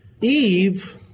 Eve